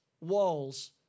walls